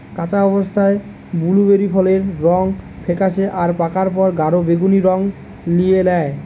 কাঁচা অবস্থায় বুলুবেরি ফলের রং ফেকাশে আর পাকার পর গাঢ় বেগুনী রং লিয়ে ল্যায়